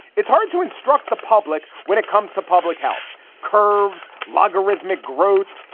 it's hard to instruct the public when it comes to public health curves, logarithmic growth,